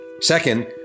Second